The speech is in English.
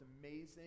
amazing